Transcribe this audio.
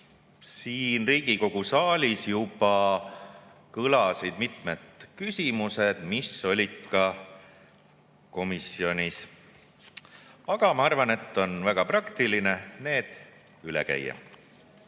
Siin Riigikogu saalis juba kõlasid mitmed küsimused, mis olid ka komisjonis. Aga ma arvan, et on väga praktiline need üle käia. Üks